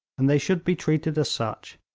and they should be treated as such.